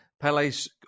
Pele's